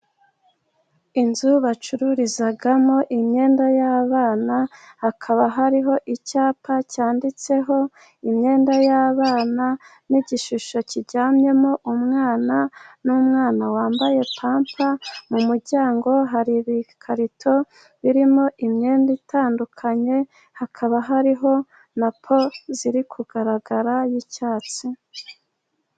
Inzu bacururizamo imyenda y'abana, hakaba hariho icyapa cyanditseho imyenda y'abana n'igishusho kiryamyemo umwana, n'umwana wambaye pampa. Mu muryango hari ibikarito birimo imyenda itandukanye, hakaba hariho na po ziri kugaragara y'icyatsi.